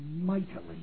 mightily